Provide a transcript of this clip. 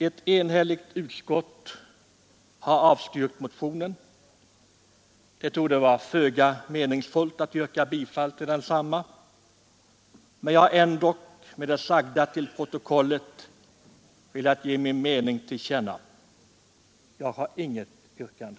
Ett enhälligt utskott har avstyrkt motionen, och det torde vara föga meningsfullt att yrka bifall till den. Men jag har ändock med det sagda velat ge min mening till känna och få den antecknad till protokollet. Jag har alltså inget yrkande.